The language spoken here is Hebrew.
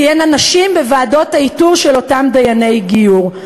תהיינה נשים בוועדות האיתור של אותם דייני גיור.